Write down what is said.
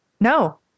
No